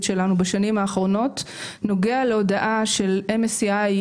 שלנו בשנים האחרונות נוגע להודעה של MSCI,